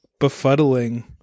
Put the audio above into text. befuddling